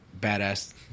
badass